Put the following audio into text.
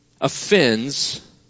offends